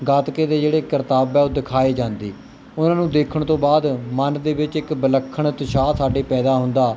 ਗਤਕੇ ਦੇ ਜਿਹੜੇ ਕਰਤਬ ਆ ਉਹ ਦਿਖਾਏ ਜਾਂਦੇ ਉਹਨਾਂ ਨੂੰ ਦੇਖਣ ਤੋਂ ਬਾਅਦ ਮਨ ਦੇ ਵਿੱਚ ਇੱਕ ਵਿਲੱਖਣ ਉਤਸ਼ਾਹ ਸਾਡੇ ਪੈਦਾ ਹੁੰਦਾ